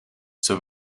zij